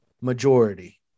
majority